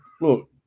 look